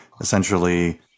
essentially